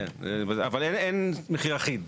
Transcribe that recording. כן, אבל אין מחיר אחיד.